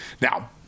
Now